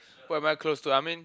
who am I close to I mean